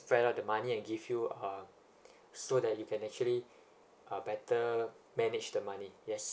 spread out the money and give you uh so that you can actually uh better manage the money yes